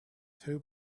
two